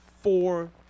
four